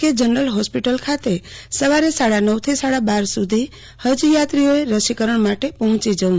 કે general hospital ખાતે સવારે સાડા નવથી સાડા બાર સુધી હજ યાત્રી ઓને રસીકરણ માટે પહોચી જવું